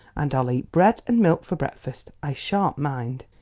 and i'll eat bread and milk for breakfast i sha'n't mind.